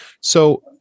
So-